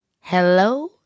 hello